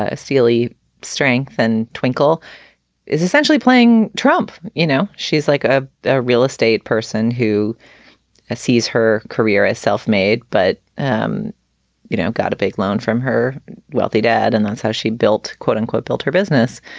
ah steely strength. and twinkle is essentially playing trump. you know, she's like a ah real estate person who ah sees her career as self-made. but um you don't got to fake loan from her wealthy dad. and that's how she built, quote unquote, built her business.